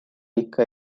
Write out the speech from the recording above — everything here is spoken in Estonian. ikka